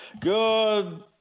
Good